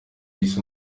isi